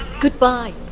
Goodbye